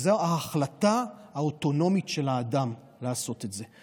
זו החלטה אוטונומית של אדם, לעשות את זה.